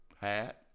hat